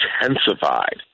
intensified